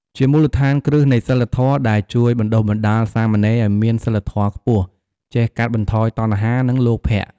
ជាមូលដ្ឋានគ្រឹះនៃសីលធម៌ ដែលជួយបណ្ដុះបណ្ដាលសាមណេរឱ្យមានសីលធម៌ខ្ពស់ ចេះកាត់បន្ថយតណ្ហា និងលោភៈ។